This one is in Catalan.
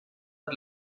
per